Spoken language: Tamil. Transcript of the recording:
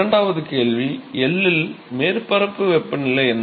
இரண்டாவது கேள்வி L இல் மேற்பரப்பு வெப்பநிலை என்ன